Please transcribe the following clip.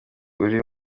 uri